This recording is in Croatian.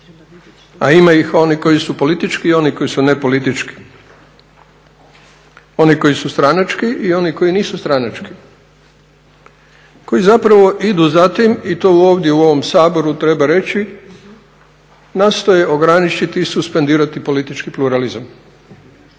a ima ih onih koji su politički i oni koji su ne politički, oni koji su stranački i oni koji nisu stranački, koji zapravo idu za tim i to ovdje u ovome Saboru treba reći, nastoje ograničiti i suspendirati politički pluralizam,